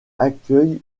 accueille